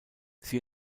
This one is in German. sie